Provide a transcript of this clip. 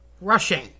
rushing